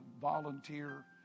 volunteer